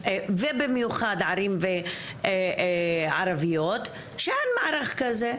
ובמיוחד ערים ערביות, שאין מערך כזה.